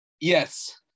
yes